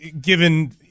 given